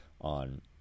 on